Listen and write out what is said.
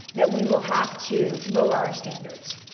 that we will have to lower our standards.